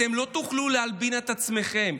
לא תוכלו להלבין את עצמכם,